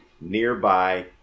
nearby